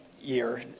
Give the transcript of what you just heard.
year